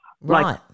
Right